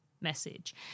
message